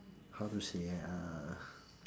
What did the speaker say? how to say ah